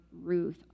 Ruth